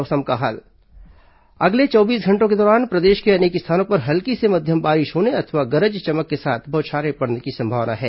मौसम अगले चौबीस घंटों के दौरान प्रदेश के अनेक स्थानों पर हल्की से मध्यम बारिश होने अथवा गरज चमक के साथ बौछारें पड़ने की संभावना है